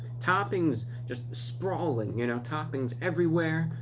toppings just sprawling, you know, toppings everywhere,